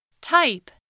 Type